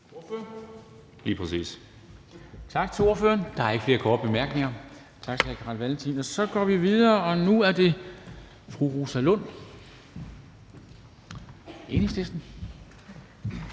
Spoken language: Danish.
Kristensen): Tak til ordføreren. Der er ikke flere korte bemærkninger. Tak til hr. Carl Valentin. Så går vi videre, og nu er det fru Rosa Lund, Enhedslisten.